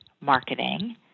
marketing